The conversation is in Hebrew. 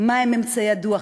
מה הם ממצאי הדוח,